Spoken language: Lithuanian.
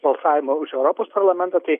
balsavimo už europos parlamentą tai